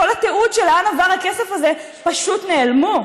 כל התיעוד לאן עובר הכסף הזה פשוט נעלמו.